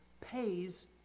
pays